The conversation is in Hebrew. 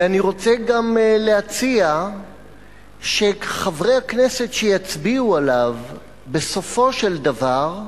ואני רוצה גם להציע שחברי הכנסת שיצביעו עליו בסופו של דבר,